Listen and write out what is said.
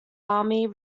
army